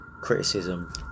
criticism